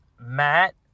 Matt